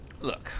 look